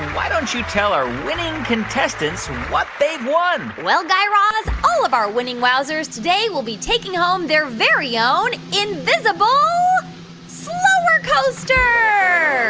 why don't you tell our winning contestants what they've won? well, guy raz, all of our winning wowzers today will be taking home their very own invisible slower-coaster